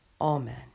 Amen